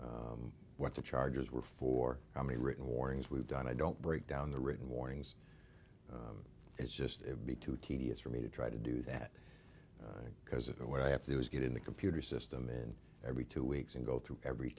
brought what the charges were for how many written warnings we've done i don't break down the written warnings it's just it would be too tedious for me to try to do that because of what i have to do is get in the computer system and every two weeks and go through every